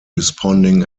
responding